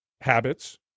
habits